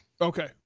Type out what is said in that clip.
okay